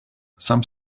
some